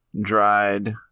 dried